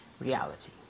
reality